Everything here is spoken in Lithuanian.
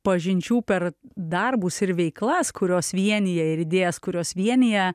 pažinčių per darbus ir veiklas kurios vienija ir idėjas kurios vienija